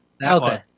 Okay